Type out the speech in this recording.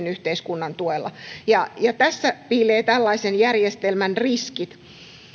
yhteiskunnan tuella ja ja tässä piilee tällaisen järjestelmän riskit